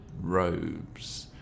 robes